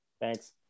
Thanks